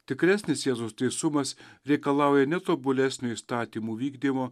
tikresnis jėzaus teisumas reikalauja ne tobulesnių įstatymų vykdymo